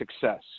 success